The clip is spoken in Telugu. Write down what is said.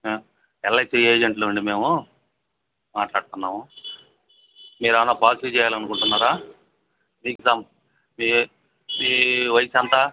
ఎల్ఐసి ఏజెంట్లము అండి మేము మాట్లాడుతున్నాము మీరేమైనా పాలసీ చెయ్యాలనుకుంటున్నారా మీకు సం మీ వయసెంతా